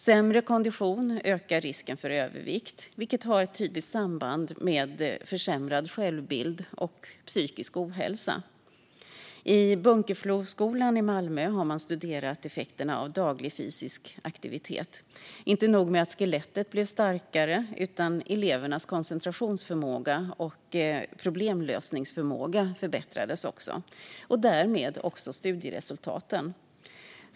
Sämre kondition ökar risken för övervikt, vilket har ett tydligt samband med försämrad självbild och psykisk ohälsa. Vid Bunkefloskolan i Malmö har man studerat effekterna av daglig fysisk aktivitet, och inte nog med att skelettet blev starkare - elevernas koncentrationsförmåga och problemlösningsförmåga förbättrades också, och därmed även studieresultaten.